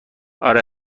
آره